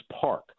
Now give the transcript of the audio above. park